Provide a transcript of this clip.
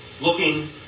looking